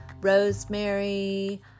rosemary